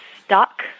stuck